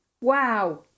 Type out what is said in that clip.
wow